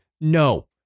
No